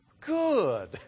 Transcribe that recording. Good